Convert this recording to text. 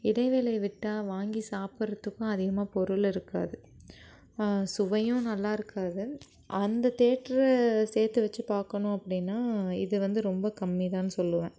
இடைவேளை விட்டால் வாங்கி சாப்புடறதுக்கும் அதிகமாக பொருள் இருக்காது சுவையும் நல்லாயிருக்காது அந்த தேட்ரை சேர்த்து வெச்சு பார்க்கணும் அப்படின்னா இது வந்து ரொம்ப கம்மி தான் சொல்லுவேன்